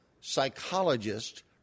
psychologist